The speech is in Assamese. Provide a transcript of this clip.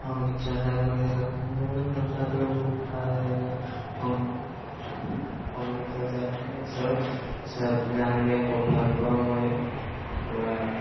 সংগীত চৰ্চা কৰি আছোঁ সংগীতৰ চৰ্চা কৰি খুব ভাল লাগে সং সংগীত চৰ্চা কৰি আছোঁ তাৰপিছত গান গাই খুব ভাল পাওঁ মই আপোনাৰ